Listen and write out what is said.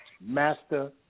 Master